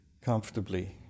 comfortably